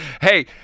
Hey